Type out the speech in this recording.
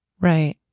right